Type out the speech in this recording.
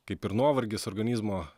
kaip ir nuovargis organizmo